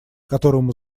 которому